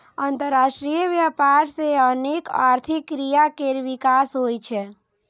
अंतरराष्ट्रीय व्यापार सं अनेक आर्थिक क्रिया केर विकास होइ छै